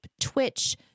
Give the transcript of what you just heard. Twitch